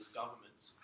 governments